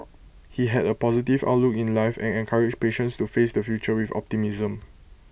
he had A positive outlook in life and encouraged patients to face the future with optimism